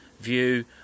view